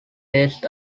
based